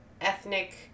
ethnic